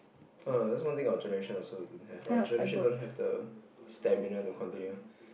err that's one thing our generation also don't have our generation don't have the stamina to continue